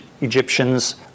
Egyptians